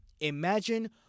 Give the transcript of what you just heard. imagine